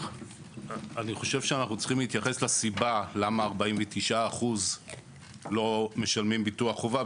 אני חושב שאנו צריכים להתייחס לסיבה למה 49% לא משלמים ביטוח חובה,